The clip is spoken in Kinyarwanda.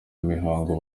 mihango